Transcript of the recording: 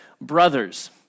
Brothers